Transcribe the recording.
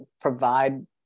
provide